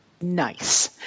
Nice